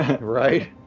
Right